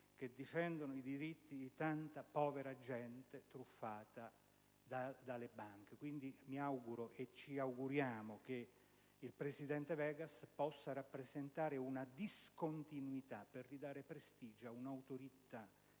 che difendono i diritti di tanta povera gente truffata dalle banche. Quindi, ci auguriamo che il presidente Vegas possa rappresentare un fattore di discontinuità per ridare prestigio a un'autorità che